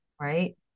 Right